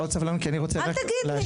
עוד סבלנות כי אני רוצה להשלים.